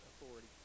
authority